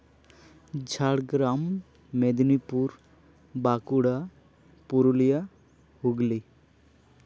Jhargram Medinipur Bankura Purulia Hooghly